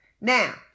now